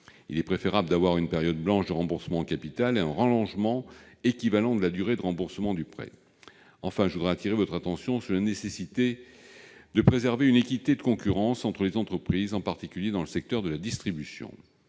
Il est préférable de prévoir une période blanche de remboursement en capital et un allongement équivalent de la durée du remboursement du prêt. Enfin, je veux attirer votre attention sur la nécessité de préserver une équité de concurrence entre les entreprises, en particulier dans le secteur de la distribution.